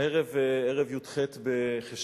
הערב, ערב י"ח בחשוון,